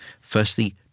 Firstly